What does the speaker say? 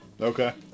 Okay